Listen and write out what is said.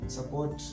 Support